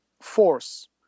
force